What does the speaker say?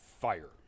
fire